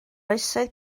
oesoedd